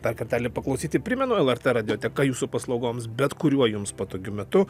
dar kartelį paklausyti primenu lrt radioteka jūsų paslaugoms bet kuriuo jums patogiu metu